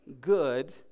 good